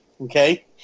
okay